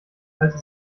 alte